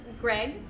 Greg